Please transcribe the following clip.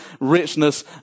richness